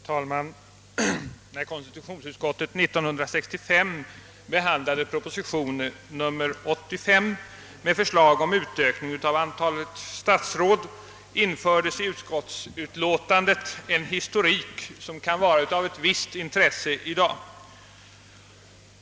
Herr talman! När konstitutionsutskottet 1965 behandlade proposition nr 85 med förslag om utökning av antalet statsråd, infördes i utskottsutlåtandet en historik som kan vara av ett visst intresse i dag.